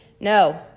No